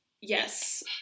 Yes